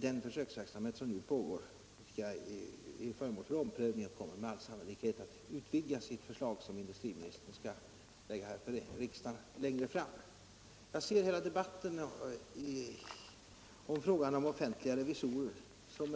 Den försöksverksamhet som nu pågår är föremål för omprövning, och utredningen kommer med all sannolikhet att leda till ett utvidgat förslag, som industriministern kommer att förelägga riksdagen längre fram. Jag ser hela debatten om frågan om offentliga revisorer som